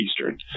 Eastern